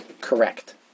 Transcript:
correct